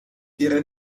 ihre